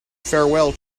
farewell